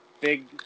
big